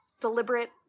deliberate